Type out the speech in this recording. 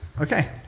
Okay